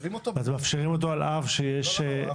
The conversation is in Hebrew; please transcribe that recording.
אז מאפשרים אותו על אף שיש --- לא, לא.